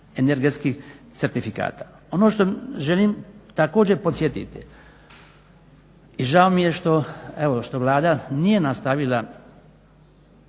energetskih certifikata. Ono što želim također podsjetiti i žao mi je što Vlada nije nastavila